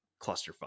clusterfuck